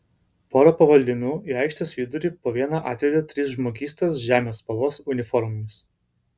pora pavaldinių į aikštės vidurį po vieną atvedė tris žmogystas žemės spalvos uniformomis